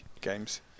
games